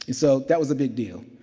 so, that was a big deal.